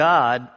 God